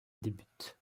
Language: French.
débute